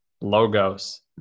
logos